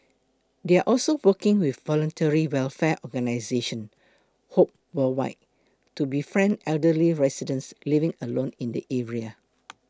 they are also working with voluntary welfare organisation Hope World wide to befriend elderly residents living alone in the area